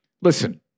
listen